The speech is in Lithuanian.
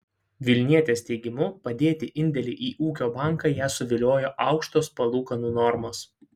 vilnietės teigimu padėti indėlį į ūkio banką ją suviliojo aukštos palūkanų normos